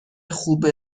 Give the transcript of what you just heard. خوب